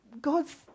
God's